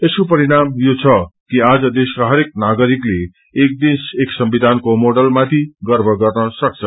यसको परिणाम यो छ कि आज देशका हरेक नागरिकले एक देश एक संविधानको मोडल माथि गर्व गर्न सक्छ